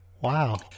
Wow